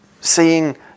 seeing